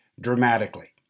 dramatically